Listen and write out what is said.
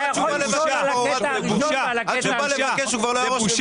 עד שהוא בא לבקש הוא כבר לא היה ראש ממשלה.